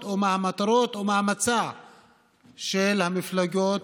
או מה המטרות או מה המצע של המפלגות